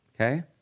okay